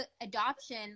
Adoption